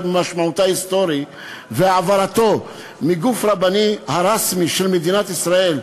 במשמעותו ההיסטורי והעברתו מהגוף הרבני הרשמי של מדינת ישראל,